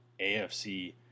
AFC